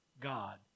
God